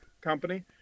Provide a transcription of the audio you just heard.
company